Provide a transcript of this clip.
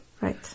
Right